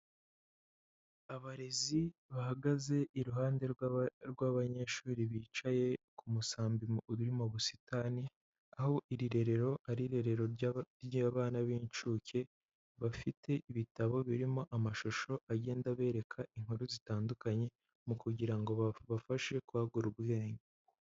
Abarezi bahagaze iruhande rw'abanyeshuri bicaye ku musambi uri mu busitani, aho iri rerero ari irerero ry'abana b'incuke, bafite ibitabo birimo amashusho agenda abereka inkuru zitandukanye, mu kugira ngo babafashe kwagura ubwenge.